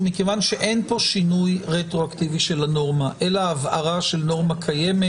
ומכיוון שאין פה שינוי רטרואקטיבי של הנורמה אלא הבהרה של נורמה קיימת,